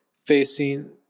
facing